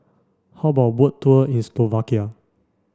how about a boat tour in Slovakia